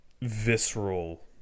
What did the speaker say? visceral